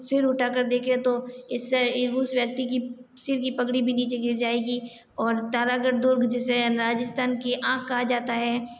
सिर उठा कर देखे तो इससे उस व्यक्ति की सिर की पगड़ी भी नीचे गिर जाएगी और तारागढ़ दुर्ग जिसे राजस्थान की आँख कहा जाता है